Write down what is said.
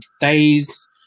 days